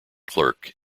clerk